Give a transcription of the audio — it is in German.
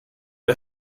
die